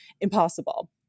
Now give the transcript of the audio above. impossible